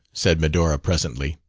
said medora presently.